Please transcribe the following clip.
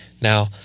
Now